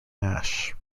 nash